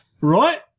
Right